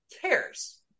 cares